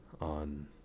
on